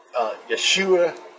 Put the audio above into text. Yeshua